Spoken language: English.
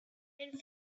and